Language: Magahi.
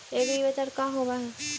एग्रीबाजार का होव हइ?